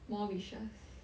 more wishes